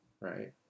right